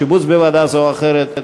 שיבוץ בוועדה זו אחרת.